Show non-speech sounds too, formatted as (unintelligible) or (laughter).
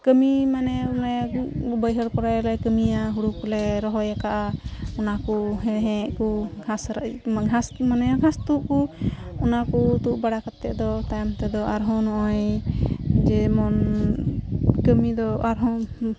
ᱠᱟᱹᱢᱤ ᱢᱟᱱᱮ ᱚᱱᱮ ᱵᱟᱹᱭᱦᱟᱹᱲ ᱠᱚᱨᱮᱞᱮ ᱠᱟᱹᱢᱤᱭᱟ ᱦᱩᱲᱩᱠᱚᱞᱮ ᱨᱚᱦᱚᱭ ᱟᱠᱟᱫᱟ ᱚᱱᱟᱠᱚ ᱦᱮᱬᱦᱮᱫ ᱠᱚ ᱜᱷᱟᱥ (unintelligible) ᱜᱷᱟᱥ ᱢᱟᱱᱮ ᱜᱷᱟᱥᱛᱩᱫᱠᱚ ᱚᱱᱟᱠᱚ ᱛᱩᱫᱵᱟᱲᱟ ᱠᱟᱛᱮᱫ ᱫᱚ ᱛᱟᱭᱚᱢ ᱛᱮᱫᱚ ᱟᱨᱦᱚᱸ ᱱᱚᱜᱼᱚᱭ ᱡᱮᱢᱚᱱ ᱠᱟᱹᱢᱤᱫᱚ ᱟᱨᱦᱚᱸ